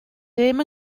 ddim